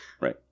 Right